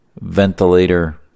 ventilator